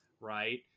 right